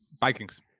Vikings